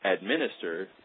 administer